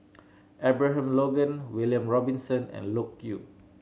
Abraham Logan William Robinson and Loke Yew